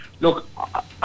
look